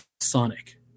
Sonic